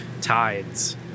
Tides